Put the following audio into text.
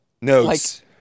Notes